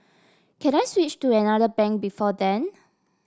can I switch to another bank before then